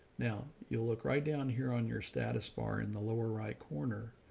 now you'll look right down here on your status bar, in the lower right corner.